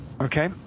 Okay